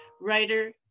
writer